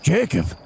Jacob